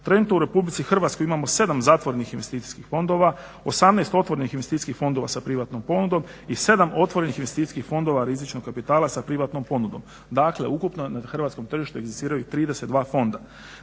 Trenutno u RH imamo 7 zatvorenih investicijskih fondova, 18 otvorenih investicijskih fondova sa privatnom ponudom i 7 otvorenih investicijskih fondova rizičnog kapitala sa privatnom ponudom. Dakle, ukupno na hrvatskom tržištu egzistiraju 32 fonda.